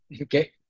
okay